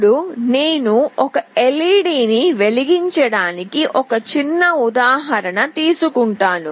ఇప్పుడు నేను ఒక LED ని వెలిగించటానికి ఒక చిన్న ఉదాహరణ తీసుకుంటాను